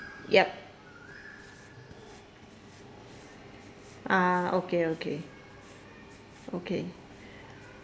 yup ah okay okay okay